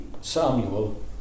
Samuel